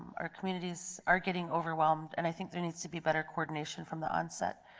our communities are getting overwhelmed and i think there needs to be better coordination from the onset.